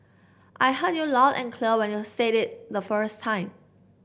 I heard you loud and clear when you said it the first time